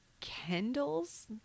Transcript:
Kendall's